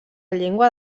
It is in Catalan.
llengua